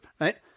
right